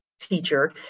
teacher